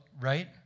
right